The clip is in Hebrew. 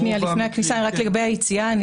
שניה לפני הכניסה, רק לגביה יציאה,